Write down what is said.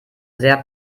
sehr